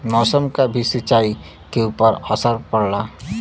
मौसम क भी सिंचाई के ऊपर असर पड़ला